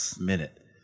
minute